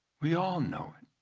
we all know it.